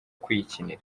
kuyikinira